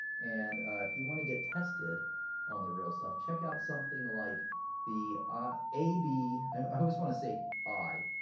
and if you want to get tested on the real stuff, check out something like the ab, i always wanna say i.